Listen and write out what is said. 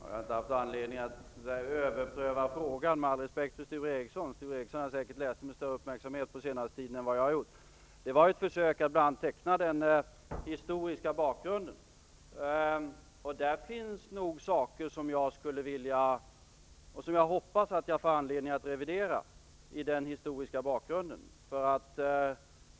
Fru talman! Jag har inte haft anledning att överpröva frågan. Med all respekt för Sture Ericson har han säkert studerat den med större uppmärksamhet än vad jag har gjort under senare tid. Min analys var ett försök att teckna den historiska bakgrunden. Det finns nog saker som jag skulle vilja revidera, och som jag hoppas få anledning att revidera, mot den historiska bakgrunden.